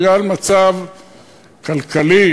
בגלל מצב כלכלי,